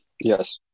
Yes